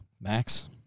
max